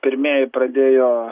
pirmieji pradėjo